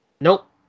Nope